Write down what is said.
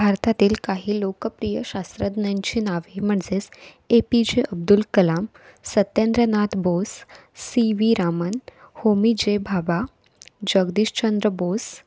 भारतातील काही लोकप्रिय शास्त्रज्ञांची नावे म्हणजेच A P J Abdul Kalam Satyendranath Bose C V Raman Homi J Bhabha Jagdishchandra Bose